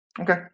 Okay